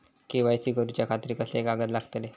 KYC करूच्या खातिर कसले कागद लागतले?